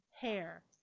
hair